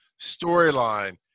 storyline